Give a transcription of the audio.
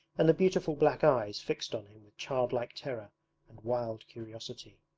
and the beautiful black eyes fixed on him with childlike terror and wild curiosity.